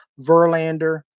Verlander